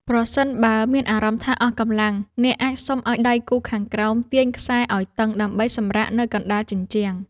ប្រសិនបើមានអារម្មណ៍ថាអស់កម្លាំង អ្នកអាចសុំឱ្យដៃគូខាងក្រោមទាញខ្សែឱ្យតឹងដើម្បីសម្រាកនៅកណ្ដាលជញ្ជាំង។